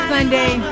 Sunday